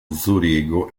zurigo